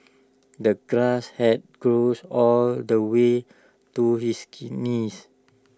the grass had grown all the way to his knees